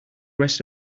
rest